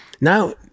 Now